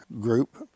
group